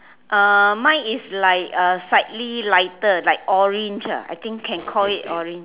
uh mine is like uh slightly lighter like orange ah I think can call it orange